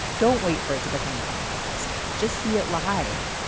don't wait for it to become a podcast. just see it live.